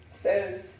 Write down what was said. says